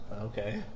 Okay